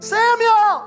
Samuel